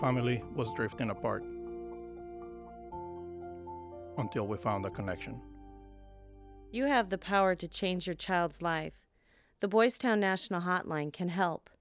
family was drifting apart until we found the connection you have the power to change your child's life the boystown national hotline can help